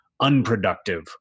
unproductive